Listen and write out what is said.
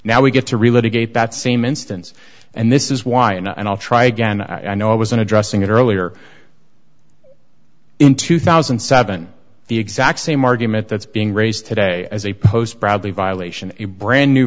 now we get to reload a gate that same instance and this is why and i'll try again i know it was in addressing it earlier in two thousand and seven the exact same argument that's being raised today as a post proudly violation a brand new